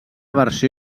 versió